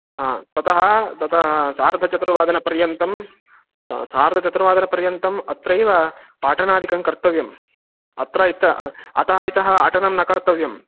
हा ततः ततः सार्धचतुर्वादनपर्यन्तं सार्धचतुर्वादनपर्यन्तम् अत्रैव पाठनादिकं कर्तव्यम् अत्र इत् अतः इतः अटनं न कर्तव्यम्